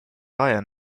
reihe